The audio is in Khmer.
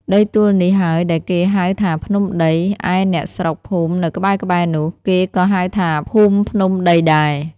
ដីទួលនេះហើយដែលគេហៅថាភ្នំដី ឯអ្នកស្រុកភូមិនៅក្បែរៗនោះ គេក៏ហៅថាភូមិភ្នំដីដែរ ។